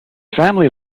family